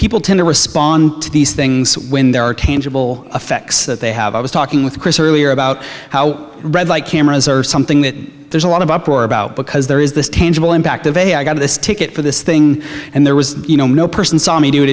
people tend to respond to these things when there are tangible effects that they have i was talking with chris earlier about how red light cameras are something that there's a lot of uproar about because there is this tangible impact of a i got this ticket for this thing and there was you know no person saw me do it